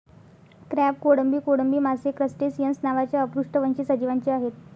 crab, कोळंबी, कोळंबी मासे क्रस्टेसिअन्स नावाच्या अपृष्ठवंशी सजीवांचे आहेत